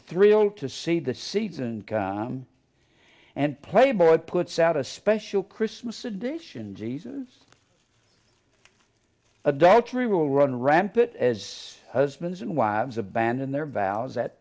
thrilled to see the seeds and and play board puts out a special christmas edition jesus adultery will run rampant as husbands and wives abandon their vows at